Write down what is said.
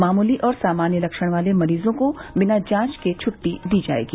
मामूली और सामान्य लक्षण वाले मरीजों को बिना जांच के छुट्टी दी जाएगी